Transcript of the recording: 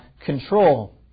control